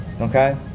Okay